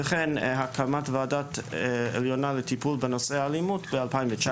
וכן הקמת ועדה עליונה לטיפול בנושא האלימות ב-2019,